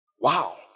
Wow